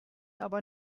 aber